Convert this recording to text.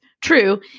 true